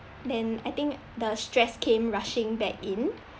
then I think the stress came rushing back in